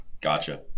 gotcha